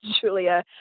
Julia